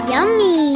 Yummy